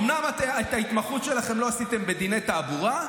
אומנם את ההתמחות שלכם לא עשיתם בדיני תעבורה,